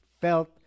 felt